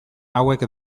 hauek